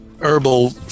herbal